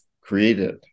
created